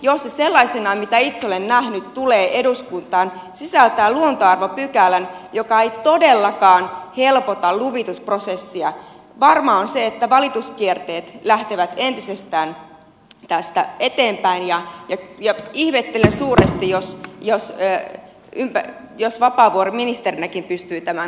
jos se sellaisena mitä itse olen nähnyt tulee eduskuntaan sisältää luontoarvopykälän joka ei todellakaan helpota luvitusprosessia varmaa on se että valituskierteet lähtevät entisestään tästä eteenpäin ja ihmettelen suuresti jos jos se ei näy jos vapaavuori ministerinäkin pystyy tämän hyväksymään